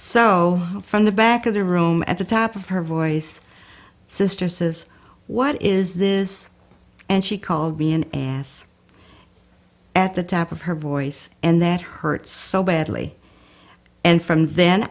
so from the back of the room at the top of her voice sister says what is this and she called me an ass at the top of her voice and that hurt so badly and from then